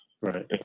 Right